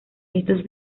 estos